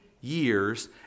years